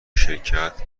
شرکت